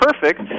perfect